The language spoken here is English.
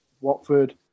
Watford